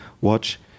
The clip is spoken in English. watch